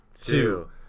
two